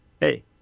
Hey